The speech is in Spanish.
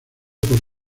por